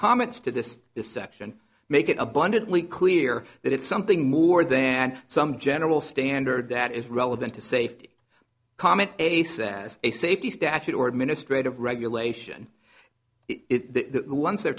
comments to this this section make it abundantly clear that it's something more than some general standard that is relevant to safety common a set as a safety statute or administrative regulation they're